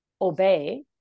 obey